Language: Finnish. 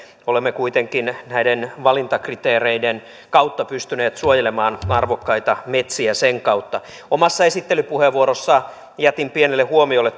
olemme kuitenkin näiden valintakriteereiden kautta pystyneet suojelemaan arvokkaita metsiä sen kautta omassa esittelypuheenvuorossani jätin pienelle huomiolle